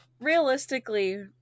realistically